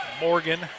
Morgan